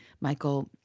Michael